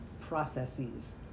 processes